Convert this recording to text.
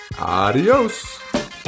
Adios